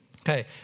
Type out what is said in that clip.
okay